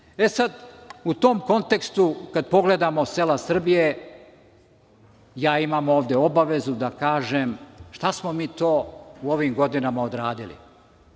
tom kontekstu, kada pogledamo sela Srbije, ja imam ovde obavezu da kažem, šta smo mi to u ovim godinama odradili.